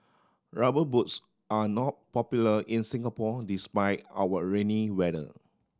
Rubber Boots are not popular in Singapore despite our rainy weather